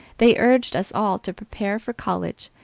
they urged us all to prepare for college,